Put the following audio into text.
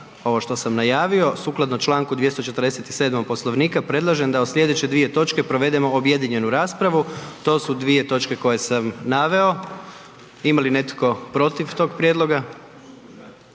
ovo što sam najavio. Sukladno čl. 247. Poslovnika predlažem da o sljedeće dvije točke objedinjenu raspravu. to su dvije točke koje sam naveo. Ima li netko protiv tog prijedloga?